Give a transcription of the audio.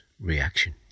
reaction